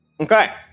Okay